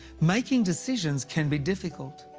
making decisions can be difficult.